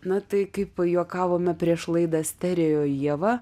na tai kaip pajuokavome prieš laidą stereo ieva